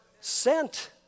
sent